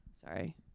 sorry